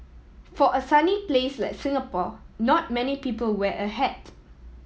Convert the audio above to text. for a sunny place like Singapore not many people wear a hat